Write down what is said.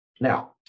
Now